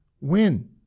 win